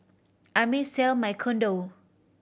I may sell my condo